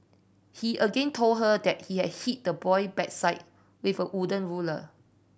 he again told her that he had hit the boy backside with a wooden ruler